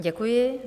Děkuji.